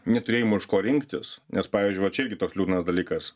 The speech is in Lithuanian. neturėjimo iš ko rinktis nes pavyzdžiui va čia irgi toks liūdnas dalykas